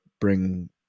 bring